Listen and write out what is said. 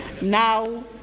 Now